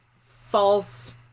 false